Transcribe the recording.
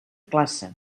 classe